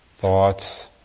thoughts